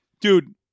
dude